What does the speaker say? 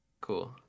Cool